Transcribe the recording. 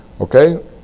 Okay